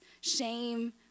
shame